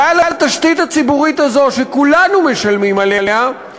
ועל התשתית הציבורית הזאת, שכולנו משלמים עליה,